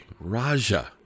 Raja